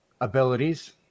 abilities